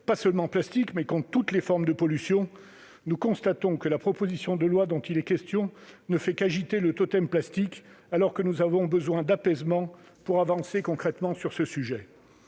par le plastique, mais toutes les formes de pollution, nous constatons que la présente proposition de loi ne fait qu'agiter le totem du plastique alors que nous avons besoin d'apaisement pour avancer concrètement sur ce sujet.